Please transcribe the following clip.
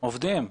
עובדים.